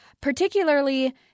particularly